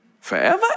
forever